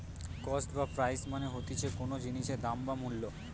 cost বা price মানে হতিছে কোনো জিনিসের দাম বা মূল্য